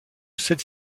celle